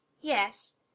Yes